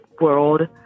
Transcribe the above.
world